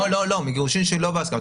מגירושין שלא בהסכמה.